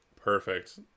perfect